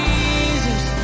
Jesus